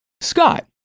Scott